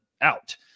out